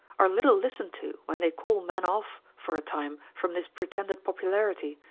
are little listened to when they call men off for a time from this pretended popularity,